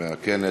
מהכנס,